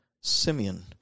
Simeon